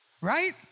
Right